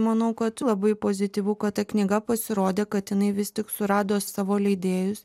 manau kad labai pozityvu kad ta knyga pasirodė kad jinai vis tik surado savo leidėjus